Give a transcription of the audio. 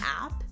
app